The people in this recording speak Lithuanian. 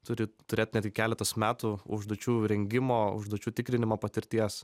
turi turėt netgi keletos metų užduočių rengimo užduočių tikrinimo patirties